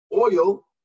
oil